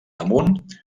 damunt